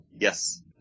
Yes